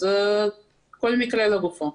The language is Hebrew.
אז כל מקרה לגופו.